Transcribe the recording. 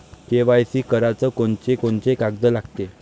KYC कराच कोनचे कोनचे कागद लागते?